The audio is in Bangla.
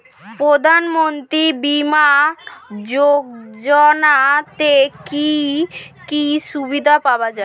প্রধানমন্ত্রী বিমা যোজনাতে কি কি সুবিধা পাওয়া যায়?